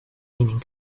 meaning